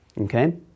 okay